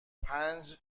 پنج